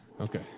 Okay